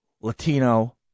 Latino